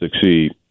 succeed